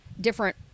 different